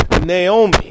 Naomi